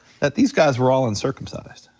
that these guys were all uncircumcised.